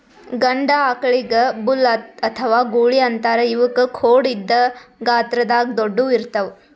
ಗಂಡ ಆಕಳಿಗ್ ಬುಲ್ ಅಥವಾ ಗೂಳಿ ಅಂತಾರ್ ಇವಕ್ಕ್ ಖೋಡ್ ಇದ್ದ್ ಗಾತ್ರದಾಗ್ ದೊಡ್ಡುವ್ ಇರ್ತವ್